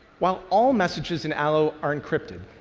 while all messages in allo are encrypted,